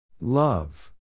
Love